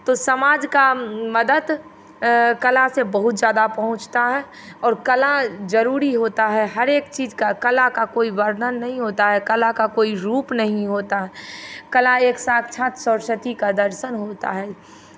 तो समाज का मदद कला से बहुत ज़्यादा पहुँचता है और कला जरूरी होता है हर एक चीज़ का कला का कोई वर्णन नहीं होता है कला का कोई रूप नहीं होता है कला एक साक्षात सरस्वती का दर्शन होता है